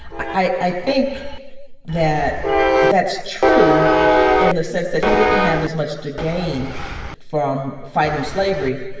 i i think that that's true in the sense that he didn't have as much to gain from fighting slavery.